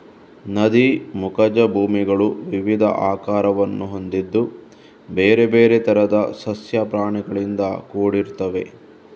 ನದಿ ಮುಖಜ ಭೂಮಿಗಳು ವಿವಿಧ ಆಕಾರವನ್ನು ಹೊಂದಿದ್ದು ಬೇರೆ ಬೇರೆ ತರದ ಸಸ್ಯ ಪ್ರಾಣಿಗಳಿಂದ ಕೂಡಿರ್ತವೆ